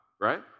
right